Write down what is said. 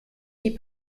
die